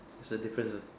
there's a difference